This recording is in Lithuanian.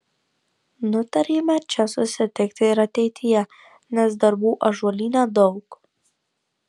nutarėme čia susitikti ir ateityje nes darbų ąžuolyne daug